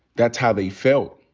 that's how they felt.